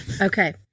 okay